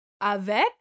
avec